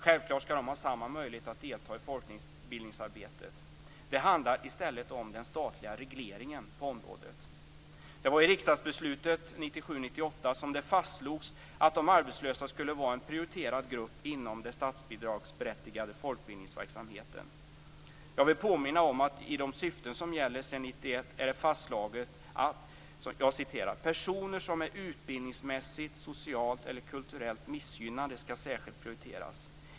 Självklart skall de ha samma möjlighet att delta i folkbildningsarbetet. Det handlar i stället om den statliga regleringen på området. Det var i riksdagsbeslutet 1997/98 som det fastslogs att de arbetslösa skulle vara en prioriterad grupp inom den statsbidragsberättigade folkbildningsverksamheten. Jag vill påminna om att i de syften som gäller sedan 1991 är det fastslaget att "personer som är utbildningsmässigt, socialt eller kulturellt missgynnade skall särskilt prioriteras.